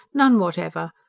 none whatever,